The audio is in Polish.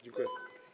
Dziękuję.